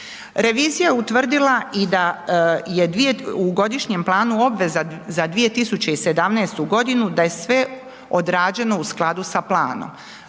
Revizija je utvrdila i da je u godišnjem planu obveza za 2017. g. da je sve urađeno u skladu sa planom,